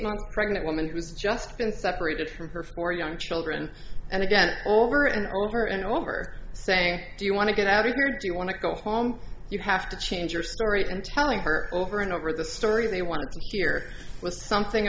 month pregnant woman who's just been separated from her four young children and again over and over and over saying do you want to get out here do you want to go home you have to change your story from telling her over and over the story they want to hear with something